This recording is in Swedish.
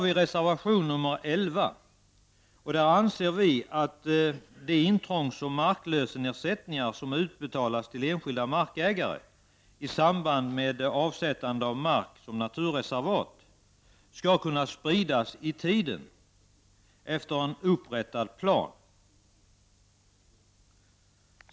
I reservation 11 från moderaterna sägs det att de intrångsoch marklösenersättningar som utbetalas till enskilda markägare i samband med avsättande av mark som naturreservat skall kunna spridas i tiden efter en upprättad plan.